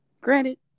Granted